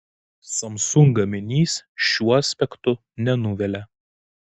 samsung gaminys šiuo aspektu nenuvilia